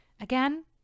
Again